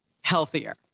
healthier